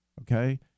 okay